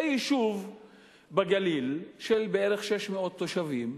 זה יישוב בגליל של בערך 600 תושבים,